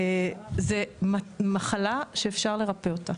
זו מחלה שאפשר לרפא אותה,